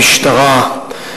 המשטרה,